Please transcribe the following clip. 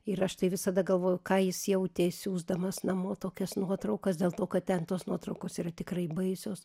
ir aš tai visada galvoju ką jis jautė siųsdamas namo tokias nuotraukas dėl to kad ten tos nuotraukos yra tikrai baisios